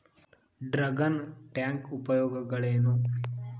Dragon tank ಉಪಯೋಗಗಳೇನು?